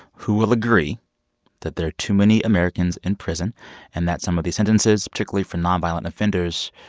who will agree that there are too many americans in prison and that some of these sentences, particularly for nonviolent offenders,